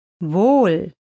wohl